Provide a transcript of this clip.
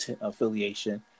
Affiliation